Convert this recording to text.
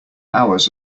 hours